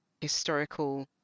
historical